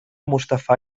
mustafà